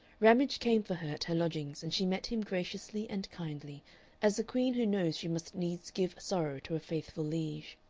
ramage came for her at her lodgings, and she met him graciously and kindly as a queen who knows she must needs give sorrow to a faithful liege.